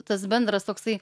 tas bendras toksai